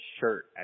shirt